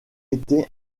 été